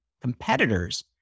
competitors